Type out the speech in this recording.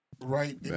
right